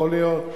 יכול להיות.